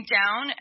down